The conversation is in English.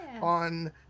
on